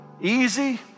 Easy